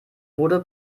wurde